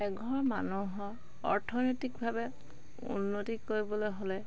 এঘৰ মানুহৰ অৰ্থনৈতিকভাৱে উন্নতি কৰিবলৈ হ'লে